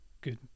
good